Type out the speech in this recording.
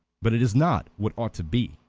but it is not what ought to be.